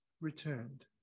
returned